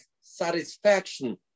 satisfaction